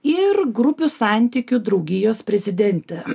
ir grupių santykių draugijos prezidentę